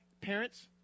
parents